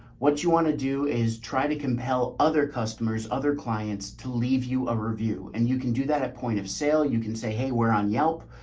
what you want to do is try to compel other customers, other clients to leave you a review and you can do that at point of sale. you can say, hey, we're on yelp.